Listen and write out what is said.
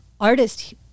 artist